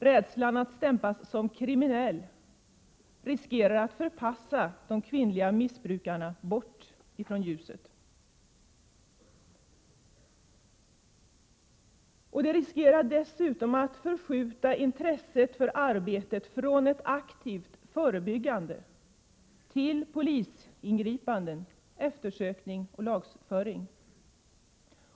Rädslan bland de kvinnliga missbrukarna att stämplas som kriminella riskerar att förpassa dem bort från ljuset. Det riskerar dessutom att förskjuta intresset för arbetet från ett aktivt förebyggande till polisingripanden, eftersökning och lagföring.